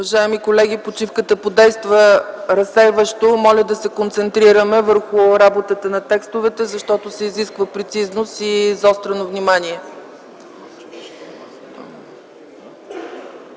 Уважаеми колеги, почивката подейства разсейващо. Моля да се концентрираме върху работата по текстовете, защото се изисква прецизност и заострено внимание.